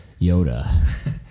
Yoda